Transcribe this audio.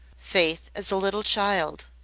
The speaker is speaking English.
faith as a little child.